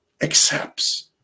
accepts